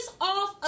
off